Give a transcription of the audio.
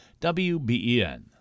WBEN